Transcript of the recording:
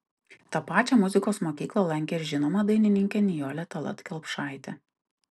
tą pačią muzikos mokyklą lankė ir žinoma dainininkė nijolė tallat kelpšaitė